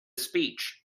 speech